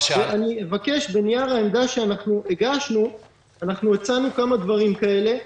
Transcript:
בנייר העמדה שהגשנו הצענו כמה דברים כאלה.